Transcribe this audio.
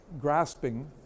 grasping